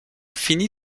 fini